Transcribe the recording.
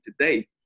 today